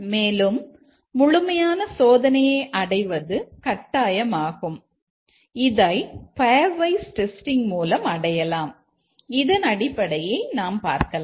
மேலும் முழுமையான சோதனையை அடைவது கட்டாயமாகும் மற்றும் இதை பெயர்வைஸ் டெஸ்டிங் மூலம் அடையலாம் இதன் அடிப்படையை நாம் பார்க்கலாம்